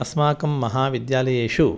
अस्माकं महाविद्यालयेषु